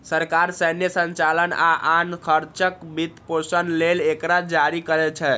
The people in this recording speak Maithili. सरकार सैन्य संचालन आ आन खर्चक वित्तपोषण लेल एकरा जारी करै छै